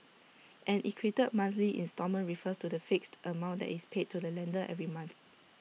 an equated monthly instalment refers to the fixed amount that is paid to the lender every month